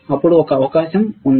అప్పుడు ఒక అవకాశం ఉంది